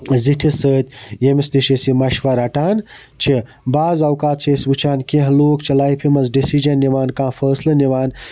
زِٹھِس سۭتۍ ییٚمِس نِش أسۍ یہِ مَشوَر رَٹان چھِ بعض اوقات چھِ أسۍ وٕچھان کینٛہہ لوٗکھ چھِ لایفہِ مَنٛز ڈیسِجَن نِوان کانٛہہ فٲصلہٕ نِوان